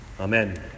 Amen